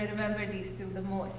and remember these two the